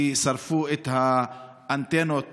כי שרפו את האנטנות